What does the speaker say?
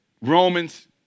Romans